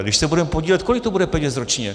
Když se budeme podílet, kolik to bude peněz ročně?